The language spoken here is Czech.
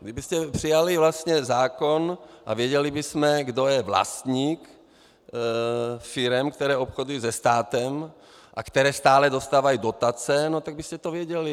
Kdybyste přijali zákon a věděli jsme, kdo je vlastník firem, které obchodují se státem a které stále dostávají dotace, tak byste to věděli.